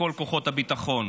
וכל כוחות הביטחון.